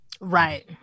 Right